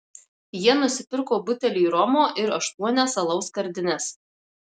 jie nusipirko butelį romo ir aštuonias alaus skardines